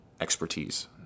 expertise